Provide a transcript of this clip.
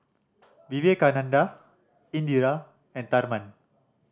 Vivekananda Indira and Tharman